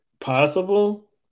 possible